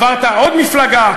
עברת עוד מפלגה,